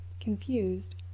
confused